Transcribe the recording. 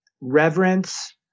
reverence